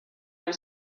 was